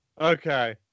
Okay